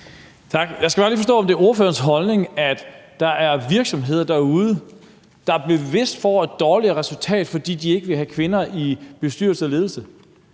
Tak. Jeg skal bare lige forstå, om det er ordførerens holdning, at der er virksomheder derude, der bevidst får et dårligere resultat, fordi de ikke vil have kvinder i bestyrelse og ledelse.